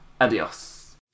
adios